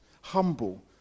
humble